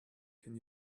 can